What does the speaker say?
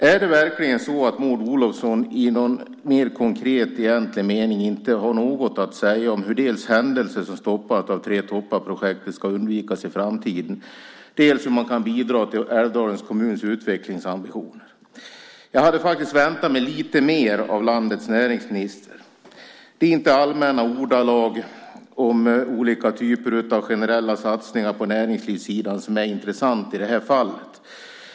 Är det verkligen så att Maud Olofsson i någon mer konkret egentlig mening inte har något att säga om dels hur händelser som stoppade Tre toppar-projektet ska undvikas i framtiden, dels hur man kan bidra till Älvdalens kommuns utvecklingsambition? Jag hade faktiskt väntat mig lite mer av landets näringsminister. Det är inte allmänna ordalag om olika typer av generella satsningar på näringslivssidan som är intressanta i det här fallet.